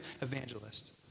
evangelist